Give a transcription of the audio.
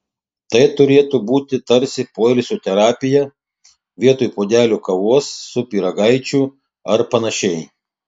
tai turėtų būti tarsi poilsio terapija vietoj puodelio kavos su pyragaičiu ar panašiai